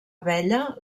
abella